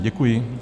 Děkuji.